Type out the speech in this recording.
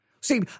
See